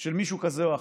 של מישהו כזה או אחר,